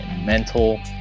mental